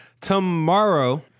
tomorrow